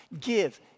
Give